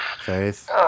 Faith